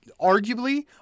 arguably